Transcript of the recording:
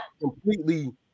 completely